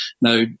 Now